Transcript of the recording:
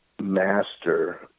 master